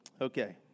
Okay